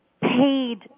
paid